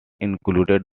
included